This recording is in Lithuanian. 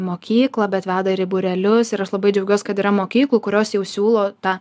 mokyklą bet veda ir į būrelius ir aš labai džiaugiuos kad yra mokyklų kurios jau siūlo tą